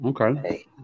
Okay